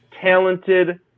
talented